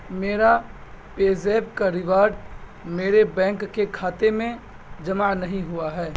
میرا PayZapp کا reward میرے بینک کے خاتے میں جمع نہیں ہوا ہے